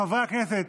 חברי הכנסת,